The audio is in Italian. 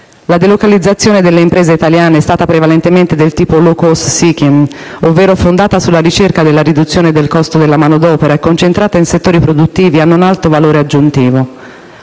La delocalizzazione delle imprese italiane è stata prevalentemente del tipo *low cost seeking* ovvero fondata sulla ricerca della riduzione del costo della manodopera e concentrata in settori produttivi ad alto valore aggiunto.